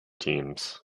teams